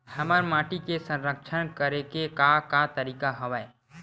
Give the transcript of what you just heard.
हमर माटी के संरक्षण करेके का का तरीका हवय?